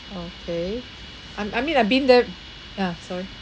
okay I'm I mean I've been there ya sorry